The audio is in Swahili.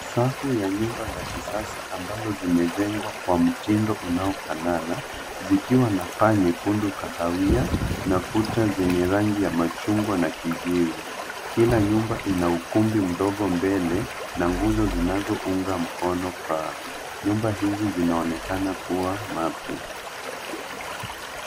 Safu ya nyumba za kisasa ambazo zimejengwa kwa mtindo unaofanana zikiwa na paa nyekundu kahawia na kuta zenye rangi ya machungwa na kijivu. Kila nyumba ina ukumbi mdogo mbele na nguzo zinazounga mkono paa. Nyumba hizi zinaonekana kuwa mapya.